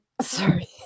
sorry